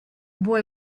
boy